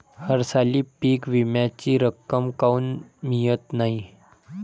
हरसाली पीक विम्याची रक्कम काऊन मियत नाई?